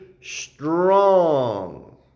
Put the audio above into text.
strong